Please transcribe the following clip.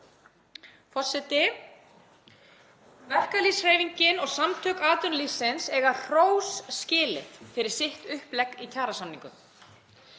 Forseti. Verkalýðshreyfingin og Samtök atvinnulífsins eiga hrós skilið fyrir sitt upplegg í kjarasamningum